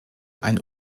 ein